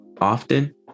often